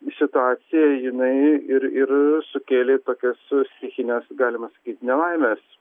situacija jinai ir ir sukėlė tokias stichines galima sakyt nelaimes